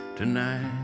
tonight